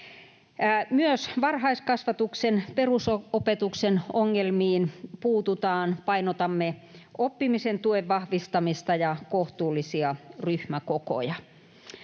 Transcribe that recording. Myös varhaiskasvatuksen ja perusopetuksen ongelmiin puututaan. Painotamme oppimisen tuen vahvistamista ja kohtuullisia ryhmäkokoja.